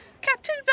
Captain